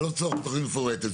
ללא צורך בתוכנית מפורטת.